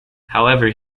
however